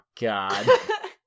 God